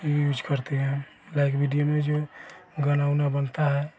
ही use करते हैं हम लाइक विडियो में जो गाना ऊना बनता है